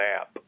app